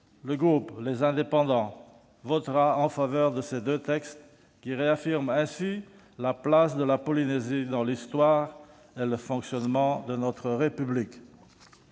Le groupe Les Indépendants votera en faveur de l'adoption de ces deux textes qui réaffirment la place de la Polynésie dans l'histoire et le fonctionnement de notre République.